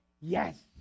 Yes